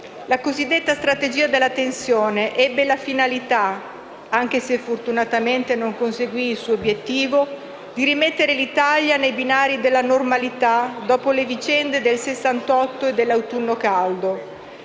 la cosiddetta strategia della tensione ebbe la finalità, anche se fortunatamente non conseguì il suo obiettivo, di rimettere l'Italia nei binari della "normalità " dopo le vicende del '68 e dell'autunno caldo.